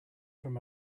from